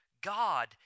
God